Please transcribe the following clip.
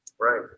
right